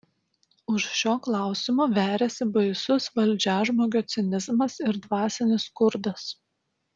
už šio klausimo veriasi baisus valdžiažmogio cinizmas ir dvasinis skurdas